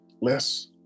less